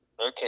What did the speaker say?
Okay